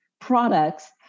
products